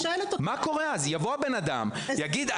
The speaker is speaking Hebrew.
יבוא הבן אדם: יגיד,